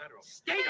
State